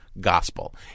gospel